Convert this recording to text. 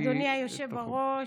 אדוני היושב-ראש.